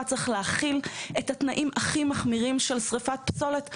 צריך להחיל את התנאים הכי מחמירים של שריפת פסולת,